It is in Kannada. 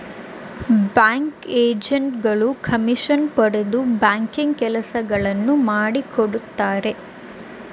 ಬ್ಯಾಂಕ್ ಏಜೆಂಟ್ ಗಳು ಕಮಿಷನ್ ಪಡೆದು ಬ್ಯಾಂಕಿಂಗ್ ಕೆಲಸಗಳನ್ನು ಮಾಡಿಕೊಡುತ್ತಾರೆ